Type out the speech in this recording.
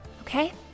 Okay